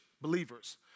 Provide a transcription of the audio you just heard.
believers